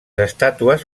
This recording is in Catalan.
estàtues